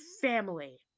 family